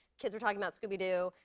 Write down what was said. kids were talking about scooby-doo,